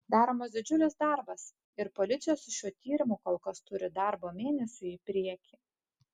daromas didžiulis darbas ir policija su šiuo tyrimu kol kas turi darbo mėnesiui į priekį